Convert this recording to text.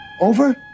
Over